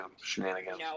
Shenanigans